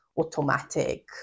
automatic